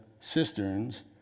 cisterns